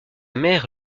mère